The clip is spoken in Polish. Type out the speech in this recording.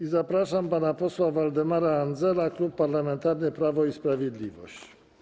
I zapraszam pana posła Waldemara Andzela, Klub Parlamentarny Prawo i Sprawiedliwość.